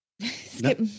Skip